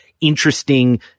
interesting